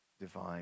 divine